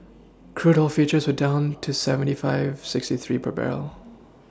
crude oil futures were down to seventy five sixty three per barrel